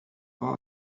fog